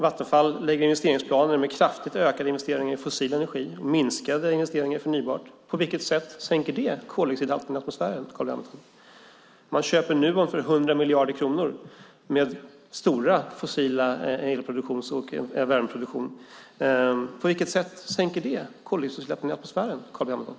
Vattenfall lägger fram investeringsplaner med kraftigt ökade investeringar i fossil energi och minskade investeringar i förnybar energi. På vilket sätt sänker det koldioxidhalten i atmosfären, Carl B Hamilton? Man köper Nuon för 100 miljarder kronor. Det är ett bolag med stor fossil el och värmeproduktion. På vilket sätt sänker det koldioxidhalten i atmosfären, Carl B Hamilton?